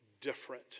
different